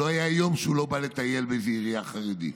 לא היה יום שהוא לא בא לטייל באיזו עירייה חרדית.